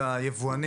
היבואנים,